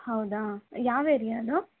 ಹೌದಾ ಯಾವ ಏರಿಯಾ ಅದು